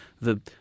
the-